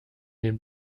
den